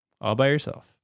All-by-yourself